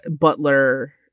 Butler